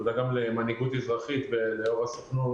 תודה גם למנהיגות אזרחית וליו"ר הסוכנות,